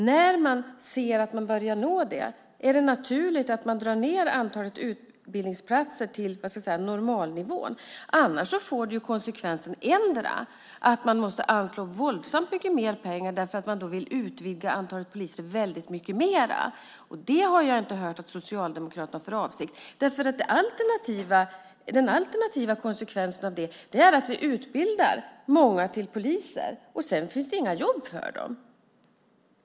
När man ser att man börjar nå den nivå man tänkt sig är det naturligt att man drar ned antalet utbildningsplatser till normalnivån, så att säga. Annars kan det få till konsekvens att man måste anslå våldsamt mycket mer pengar därför att man vill utvidga antalet poliser väldigt mycket mer, och det har jag inte hört att Socialdemokraterna har för avsikt att göra. Den alternativa konsekvensen av detta är att vi utbildar många till poliser och att det sedan inte finns några jobb för dem.